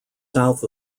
south